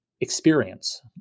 experience